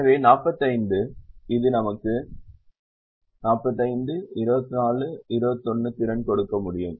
எனவே 45 இது நமக்கு 45 24 21 திறன் கொடுக்க முடியும்